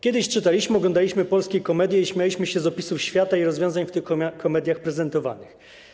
Kiedyś czytaliśmy i oglądaliśmy polskie komedie i śmialiśmy się z opisów świata i rozwiązań w tych komediach prezentowanych.